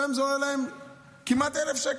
היום זה עולה להם כמעט 1,000 שקלים,